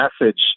message